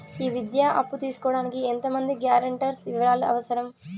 ఈ విద్యా అప్పు తీసుకోడానికి ఎంత మంది గ్యారంటర్స్ వివరాలు అవసరం?